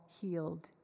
healed